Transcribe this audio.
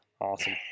Awesome